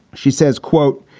she says, quote,